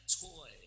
toy